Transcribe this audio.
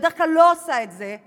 אני בדרך כלל לא עושה את זה,